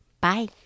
Bye